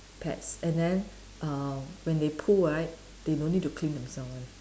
pets and then uh when they poo right they no need to clean themselves [one]